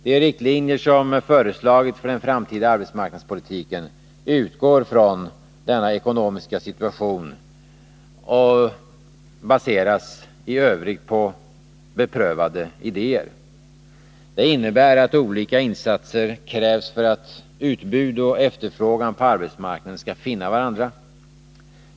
De riktlinjer för den framtida arbetsmarknadspolitiken som har föreslagits utgår från denna ekonomiska situation och baseras i övrigt på beprövade idéer. Det innebär att olika insatser krävs för att utbud och efterfrågan på arbetsmarknaden skall finna varandra.